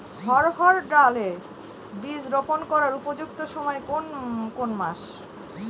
অড়হড় ডাল এর বীজ রোপন করার উপযুক্ত সময় কোন কোন মাস?